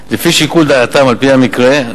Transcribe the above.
לפי שיקול דעתם על-פי המקרה,